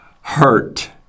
hurt